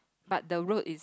but the road is